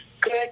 good